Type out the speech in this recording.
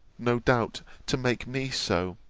no doubt, to make me so